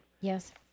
Yes